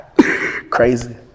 Crazy